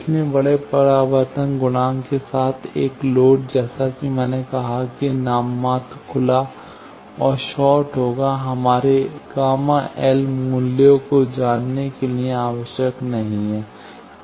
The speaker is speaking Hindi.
इसलिए बड़े परावर्तन गुणांक के साथ एक लोड जैसा कि मैंने कहा कि नाममात्र खुला और शॉर्ट होगा हमारे Γ L मूल्य को जानने के लिए आवश्यक नहीं है